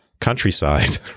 countryside